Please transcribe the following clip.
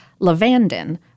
lavandin